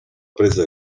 presa